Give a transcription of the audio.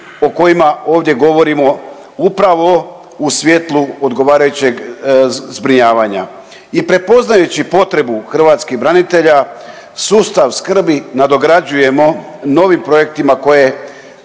o kojima ovdje govorimo upravo u svjetlu odgovarajućeg zbrinjavanja i prepoznajući potrebu hrvatskih branitelja, sustav skrbi nadograđujemo novim projektima koje